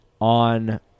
on